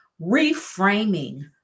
reframing